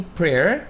prayer